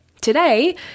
today